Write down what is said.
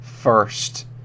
first